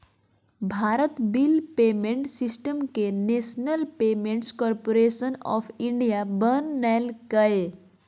Bharat bill payment system के national payments corporation of India बनैल्कैय